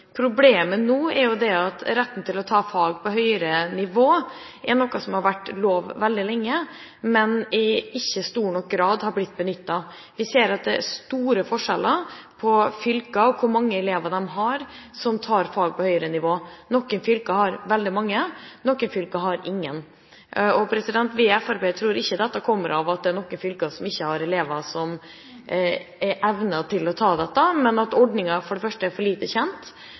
Problemet nå er at retten til å ta fag på høyere nivå, noe som har vært lov veldig lenge, ikke i stor nok grad har blitt benyttet. Vi ser at det er store forskjeller mellom fylker når det gjelder hvor mange elever som tar fag på høyere nivå. Noen fylker har veldig mange, noen fylker har ingen. Vi i Fremskrittspartiet tror ikke det kommer av at noen fylker ikke har elever som har evner til å ta dette, men at ordningen er for lite kjent, og at skolene ikke er flinke nok til å tilrettelegge for